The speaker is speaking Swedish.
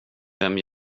vem